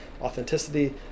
authenticity